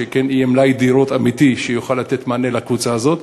שכן יהיה מלאי דירות אמיתי שיוכל לתת מענה לקבוצה הזאת?